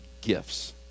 gifts